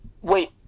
wait